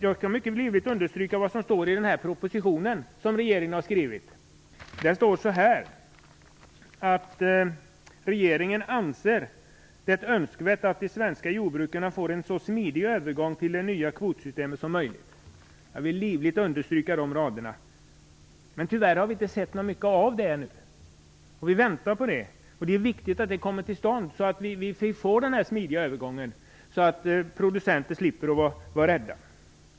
Jag kan understryka vad som står i regeringens proposition. Där står följande: Regeringen anser det önskvärt att de svenska jordbrukarna får en så smidig övergång till det nya kvotsystemet som möjligt. Jag vill livligt understryka dessa rader. Tyvärr har vi inte sett så mycket av det än. Vi väntar på det. Det är viktigt att det kommer till stånd, så att vi får den här smidiga övergången, så producenter slipper vara rädda.